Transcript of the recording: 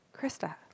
Krista